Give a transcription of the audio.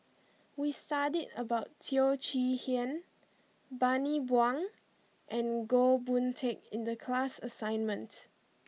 we studied about Teo Chee Hean Bani Buang and Goh Boon Teck in the class assignment